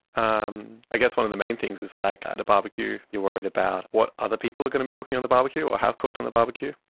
um i guess one of the main things is like at a barbecue you are worried about what other people are going to be cooking on the barbecue or have cooked on the barbecue.